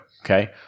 Okay